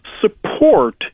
support